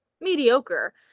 mediocre